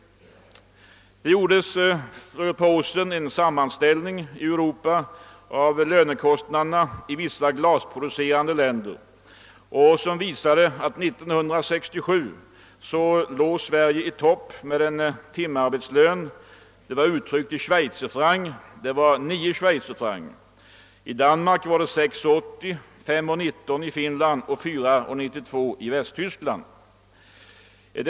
Det gjordes för ett par år sedan en sammanställning över lönekostnaderna i vissa glasproducerande länder i Europa, som visade att Sverige år 1967 låg i toppen med en timarbetslön av 9 schweizerfrancs mot i Danmark 6: 80, i Finland 5:19 och i Västtyskland 4:92.